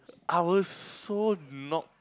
I was so not